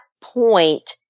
point